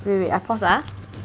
wait wait I pause ah